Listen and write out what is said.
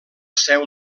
seu